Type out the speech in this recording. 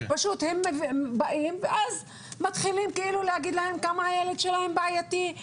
הם באים ואז מתחילים כאילו להגיד להם כמה הילד שלהם בעייתי,